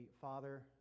Father